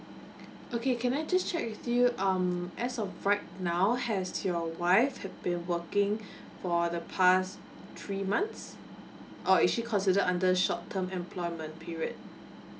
okay can I just check with you um as of right now has your wife have been working for the past three months or actually considered under short term employment period